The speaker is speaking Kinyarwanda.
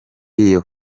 iyo